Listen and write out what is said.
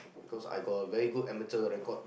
cause I got very good amateur record